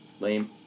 lame